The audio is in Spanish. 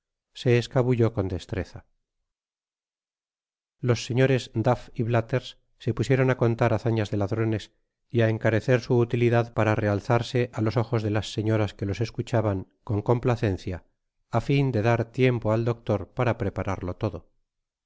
se escaballó con destreza los señores duff y blathers se pusieron á contar hazañas de ladrones y á encarecer su utilidad para realzarse á los ojos de las señoras que los escuchaban con complacencia á tin de dar liem po al doctor para prepararlo todo